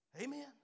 Amen